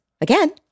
Again